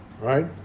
Right